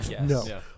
no